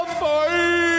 fight